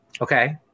Okay